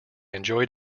enjoyed